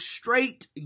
straight